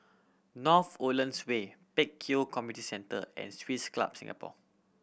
North Woodlands Way Pek Kio Community Centre and Swiss Club Singapore